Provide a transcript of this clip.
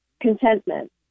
contentment